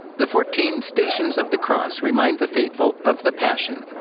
the fourteen stations of the cross remind the faithful of the passion,